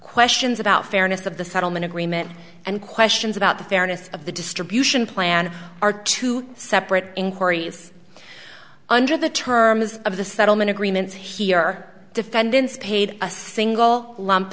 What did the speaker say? questions about fairness of the settlement agreement and questions about the fairness of the distribution plan are two separate inquiry if under the terms of the settlement agreements here are defendants paid a single lump